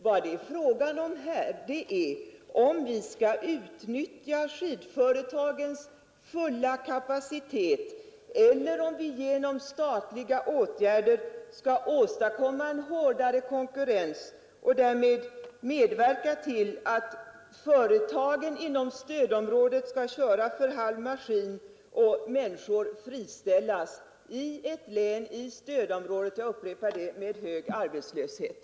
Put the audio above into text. Vad det är fråga om är om vi skall utnyttja redan befintliga skidfabrikers fulla kapacitet, eller om vi genom statliga åtgärder skall åstadkomma en hårdare konkurrens och därmed medverka till att företag inom stödområdet får köra för halv maskin och människor friställas i ett län — jag upprepar det — med en redan förut hög arbetslöshet.